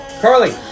Carly